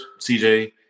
CJ